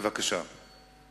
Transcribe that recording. ואחר כך חושבים